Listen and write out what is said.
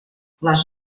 les